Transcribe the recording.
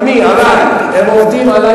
הם עובדים, על מי?